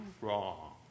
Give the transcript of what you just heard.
wrong